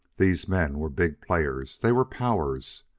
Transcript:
these men were big players. they were powers.